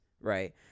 right